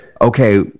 Okay